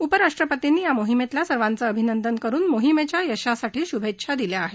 उपराष्ट्रपतींनी या मोहिमेतल्या सर्वांचं अभिनंदन करुन मोहिमेच्या यशासाठी शुभेच्छा दिल्या आहेत